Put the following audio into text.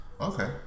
Okay